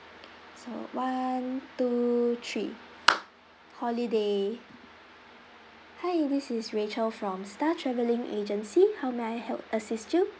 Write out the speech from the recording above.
so one two three holiday hi this is rachel from star travelling agency how may I help assist you